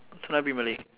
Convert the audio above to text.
tonight premier league